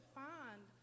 find